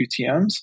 UTMs